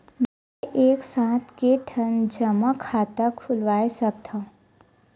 मैं एक साथ के ठन जमा खाता खुलवाय सकथव?